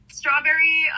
strawberry